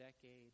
decade